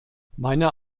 meiner